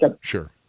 Sure